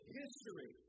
history